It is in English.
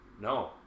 No